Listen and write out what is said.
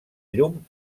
llum